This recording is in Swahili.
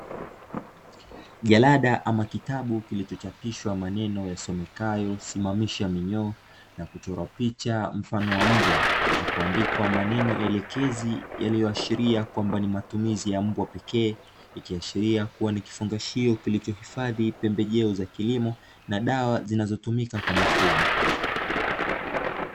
Jalada ama kitabu kilichochapishwa maneno yasomekayo simamisha minyoo, na kuchorwa picha mfano wa mbwa na kuandikwa maneno elekezi yaliyoashiria kwamba ni matumizi ya mbwa pekee, ikiashiria kuwa ni kifungashio kilichohifadhi pembejeo za kilimo na dawa zinazotumika kwa mifugo.